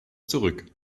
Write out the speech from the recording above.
zurück